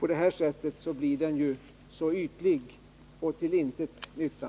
På det här sättet blir ju debatten så ytlig och till ingen nytta.